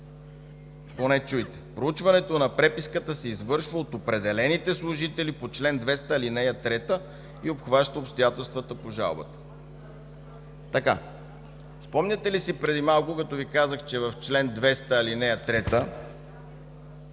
поне чуйте: „Проучването на преписката се извършва от определените служители по чл. 200, ал. 3 и обхваща обстоятелствата по жалбата.” Спомняте ли си преди малко, като Ви казах, че в чл. 200, ал. 3 така